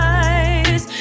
eyes